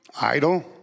Idle